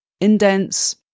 indents